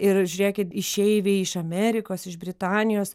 ir žiūrėkit išeiviai iš amerikos iš britanijos